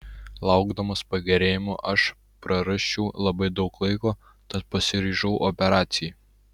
laukdamas pagerėjimo aš prarasčiau labai daug laiko tad pasiryžau operacijai